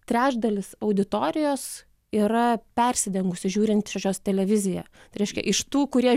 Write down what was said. trečdalis auditorijos yra persidengusios žiūrinčios televiziją reiškia iš tų kurie